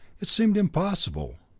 it seemed impossible,